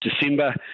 December